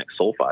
sulfide